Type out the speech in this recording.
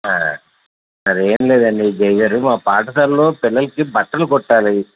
మరి ఏమి లేదండి విజయ్ గారు మా పాఠశాలలో పిల్లలకి బట్టలు కుట్టాలి